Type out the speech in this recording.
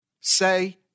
Say